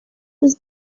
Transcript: was